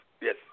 Yes